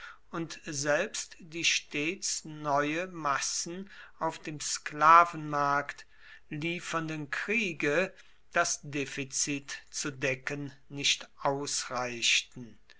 und selbst die stets neue massen auf den sklavenmarkt liefernden kriege das defizit zu decken nicht ausreichten